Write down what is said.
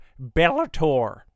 Bellator